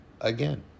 again